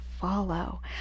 follow